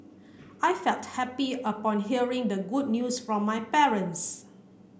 I felt happy upon hearing the good news from my parents